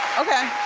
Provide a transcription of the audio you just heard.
okay,